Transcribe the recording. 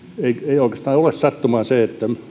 ei oikeastaan ole sattumaa että